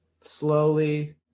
slowly